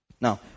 Now